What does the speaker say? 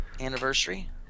anniversary